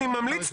אני ממליץ,